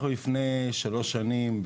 לפני כשלוש שנים,